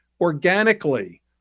organically